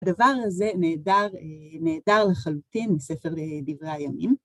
הדבר הזה נהדר לחלוטין מספר דברי הימים.